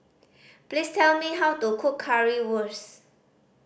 please tell me how to cook Currywurst